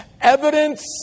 evidence